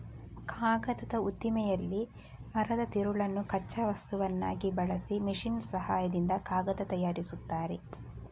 ಕಾಗದದ ಉದ್ದಿಮೆಯಲ್ಲಿ ಮರದ ತಿರುಳನ್ನು ಕಚ್ಚಾ ವಸ್ತುವನ್ನಾಗಿ ಬಳಸಿ ಮೆಷಿನ್ ಸಹಾಯದಿಂದ ಕಾಗದ ತಯಾರಿಸ್ತಾರೆ